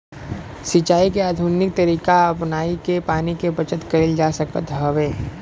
सिंचाई के आधुनिक तरीका अपनाई के पानी के बचत कईल जा सकत हवे